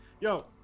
Yo